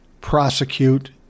prosecute